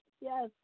yes